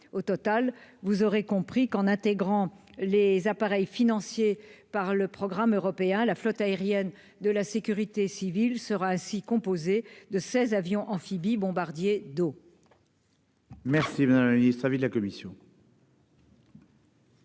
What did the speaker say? Au total, en intégrant les appareils financés par le programme européen, la flotte aérienne de la sécurité civile sera ainsi composée de seize avions amphibies bombardiers d'eau.